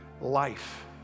life